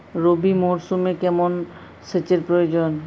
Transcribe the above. রবি মরশুমে কেমন সেচের প্রয়োজন?